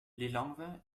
lilongwe